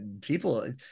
people